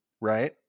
right